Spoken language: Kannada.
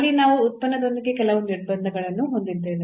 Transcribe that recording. ಅಲ್ಲಿ ನಾವು ಉತ್ಪನ್ನದೊಂದಿಗೆ ಕೆಲವು ನಿರ್ಬಂಧಗಳನ್ನು ಹೊಂದಿದ್ದೇವೆ